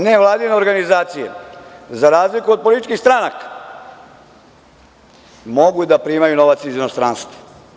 Nevladine organizacije za razliku od političkih stranaka mogu da primaju novac iz inostranstva.